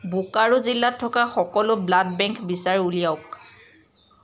বোকাৰো জিলাত থকা সকলো ব্লাড বেংক বিচাৰি উলিয়াওক